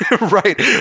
Right